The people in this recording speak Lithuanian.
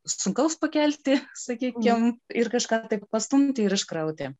sunkaus pakelti sakykim ir kažką tai pastumti ir iškrauti